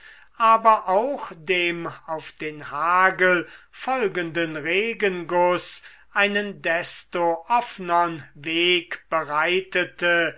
aber auch dem auf den hagel folgenden regenguß einen desto offnern weg bereitete